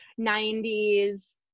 90s